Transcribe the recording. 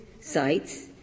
sites